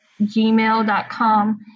gmail.com